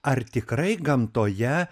ar tikrai gamtoje